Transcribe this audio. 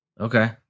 Okay